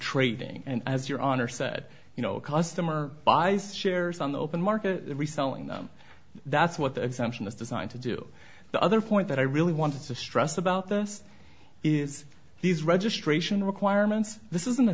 trading and as your honor said you know a customer buys shares on the open market reselling them that's what the exemption is designed to do the other point that i really want to stress about this is these registration requirements this isn't a